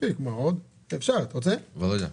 מי בעד, מי נגד?